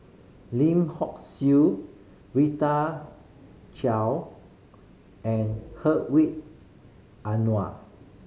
Lim Hock Siew Rita Chao and Anuar